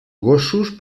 gossos